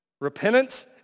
repentance